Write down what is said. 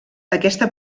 aquesta